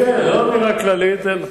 דבר שני,